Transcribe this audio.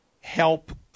help